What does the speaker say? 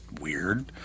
weird